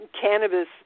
cannabis